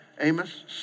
Amos